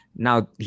Now